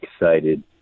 excited